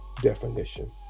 definition